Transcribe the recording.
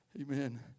Amen